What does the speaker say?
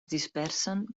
dispersen